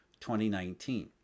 2019